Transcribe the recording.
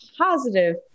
positive